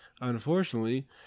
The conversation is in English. unfortunately